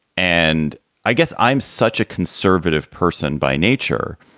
and i guess i'm such a conservative person by nature.